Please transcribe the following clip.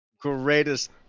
greatest